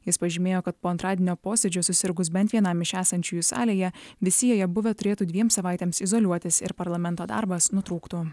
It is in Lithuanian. jis pažymėjo kad po antradienio posėdžio susirgus bent vienam iš esančiųjų salėje visi joje buvę turėtų dviem savaitėms izoliuotis ir parlamento darbas nutrūktų